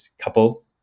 couple